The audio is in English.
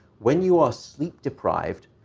when you are sleep-deprived,